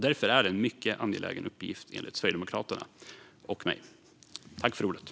Därför är detta en mycket angelägen uppgift, enligt mig och Sverigedemokraterna.